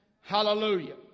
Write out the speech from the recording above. Hallelujah